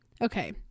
Okay